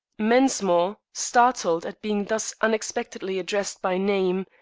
mensmore, startled at being thus unexpectedly addressed by name,